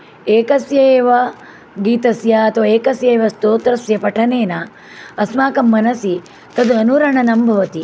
एकस्य एव गीतस्य अथवा एकस्य एव स्तोत्रस्य पठनेन अस्माकं मनसि तद् अनुरणनं भवति